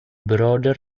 brother